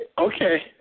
Okay